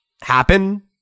happen